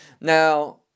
now